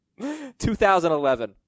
2011